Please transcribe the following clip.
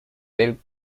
del